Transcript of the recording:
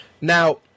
Now